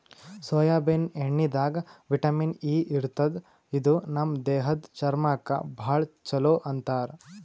soybean ಎಣ್ಣಿದಾಗ್ vitamin E ಇರ್ತದ್ ಇದು ನಮ್ ದೇಹದ್ದ್ ಚರ್ಮಕ್ಕಾ ಭಾಳ್ ಛಲೋ ಅಂತಾರ್